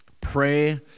Pray